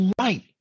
right